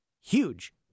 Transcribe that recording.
huge